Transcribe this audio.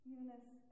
Eunice